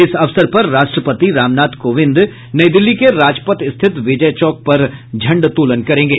इस अवसर पर राष्ट्रपति रामनाथ कोविंद नई दिल्ली के राजपथ स्थित विजय चौक पर झण्डोत्तोलन करेंगे